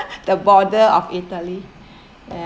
the border of italy ya